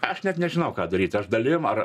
aš net nežinau ką daryti ar dalim ar